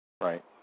Right